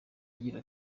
agira